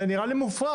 זה נראה לי מופרך.